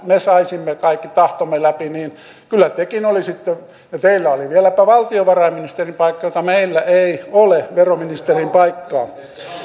me saisimme nyt kaikki tahtomme läpi niin kyllä tekin olisitte saaneet ja teillä oli vieläpä valtiovarainministerin paikka jota meillä ei ole veroministerin paikka